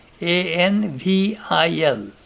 A-N-V-I-L